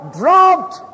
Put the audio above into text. dropped